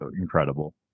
incredible